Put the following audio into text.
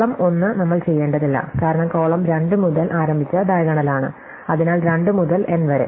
column 1 നമ്മൾ ചെയ്യേണ്ടതില്ല കാരണം കോളം 2 മുതൽ ആരംഭിച്ച ഡയഗണലാണ് അതിനാൽ 2 മുതൽ n വരെ